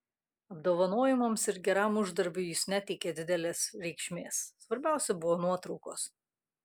apdovanojimams ir geram uždarbiui jis neteikė didelės reikšmės svarbiausia buvo nuotraukos